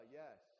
yes